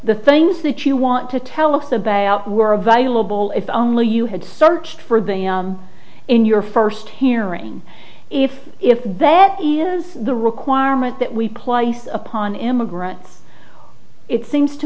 the things that you want to tell us about were available if only you had searched for them in your first hearing if if that is the requirement that we place upon immigrants it seems to